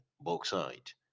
bauxite